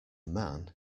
man